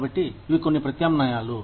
కాబట్టి ఇవి కొన్ని ప్రత్యామ్నాయాలు